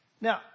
Now